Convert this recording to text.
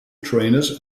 trainers